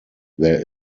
there